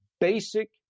basic